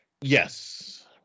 yes